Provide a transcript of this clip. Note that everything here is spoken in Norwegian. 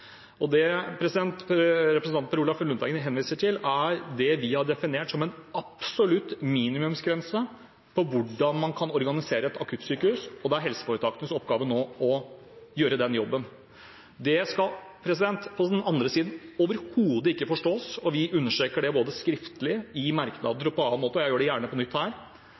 Det representanten Per Olaf Lundteigen henviser til, er det vi har definert som en absolutt minimumsgrense for hvordan man kan organisere et akuttsykehus, og det er helseforetakenes oppgave nå å gjøre den jobben. Det skal på den andre siden overhodet ikke forstås – og vi understreker det både skriftlig i merknader og på annen måte, og jeg gjør det gjerne på nytt her